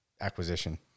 acquisition